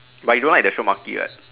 but you don't like the shiok maki right